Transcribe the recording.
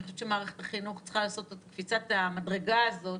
אני חושבת שמערכת החינוך צריכה לעשות את קפיצת המדרגה הזאת